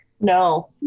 No